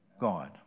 god